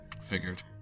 Figured